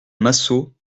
massot